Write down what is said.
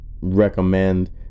recommend